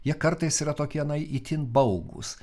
jie kartais yra tokie na itin baugūs